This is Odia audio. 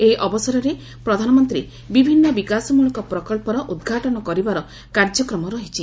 ଏହି ଅବସରରେ ପ୍ରଧାନମନ୍ତ୍ରୀ ବିଭିନ୍ନ ବିକାଶମଳକ ପ୍ରକଳ୍ପର ଉଦ୍ଘାଟନ କରିବାର କାର୍ଯ୍ୟକ୍ରମ ରହିଛି